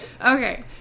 okay